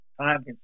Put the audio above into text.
time